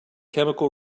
chemical